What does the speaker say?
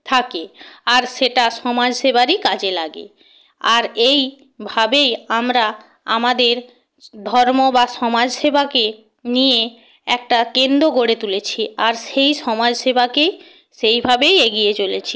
থাকে আর সেটা সমাজ সেবারই কাজে লাগে আর এইভাবেই আমরা আমাদের ধর্ম বা সমাজসেবাকে নিয়ে একটা কেন্দ্র গড়ে তুলেছি আর সেই সমাজ সেবাকেই সেইভাবেই এগিয়ে চলেছি